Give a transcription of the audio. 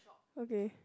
okay